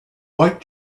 like